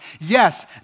Yes